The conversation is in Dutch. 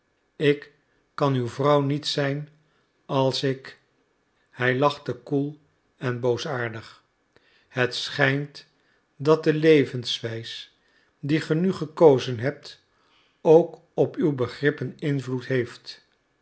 ik kan uw vrouw niet zijn als ik hij lachte koel en boosaardig het schijnt dat de levenswijs die ge nu gekozen hebt ook op uw begrippen invloed heeft